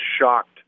shocked